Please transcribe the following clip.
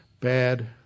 bad